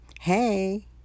Hey